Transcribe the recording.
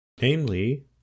namely